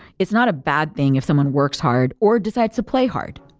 it's not a bad thing if someone works hard or decides to play hard.